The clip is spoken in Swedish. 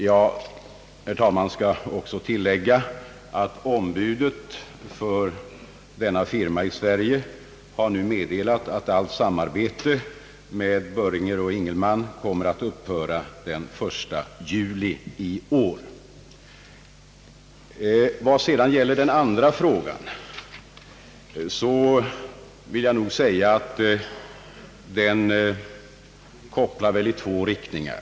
Jag skall, herr talman, också tillägga, att ombudet för vederbörande firma i Sverige nu har meddelat att allt samarbete med Boehringer Sohn, Ingelheim, kommer att upphöra den 1 juli i år. Beträffande den andra frågan kopplar den så att säga i två riktningar.